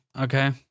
Okay